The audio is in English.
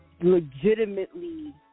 legitimately